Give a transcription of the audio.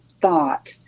thought